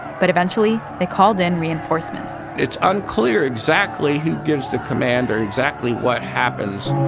but eventually, they called in reinforcements it's unclear exactly who gives the command or exactly what happens